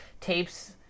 tapes